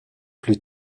plus